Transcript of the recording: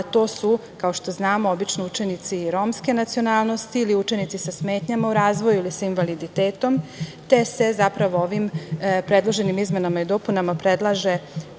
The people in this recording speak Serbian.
to su kao što znamo, učenici romske nacionalnosti, ili učenici sa smetnjama u razvoju, ili sa invaliditetom, te se zapravo, ovim predloženim izmenama i dopunama predlaže